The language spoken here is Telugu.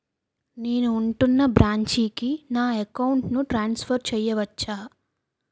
నేను ఉంటున్న బ్రాంచికి నా అకౌంట్ ను ట్రాన్సఫర్ చేయవచ్చా?